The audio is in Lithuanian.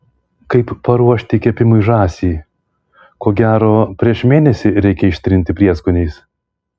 kaip paruošti kepimui žąsį ko gero prieš mėnesį reikia ištrinti prieskoniais